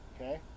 okay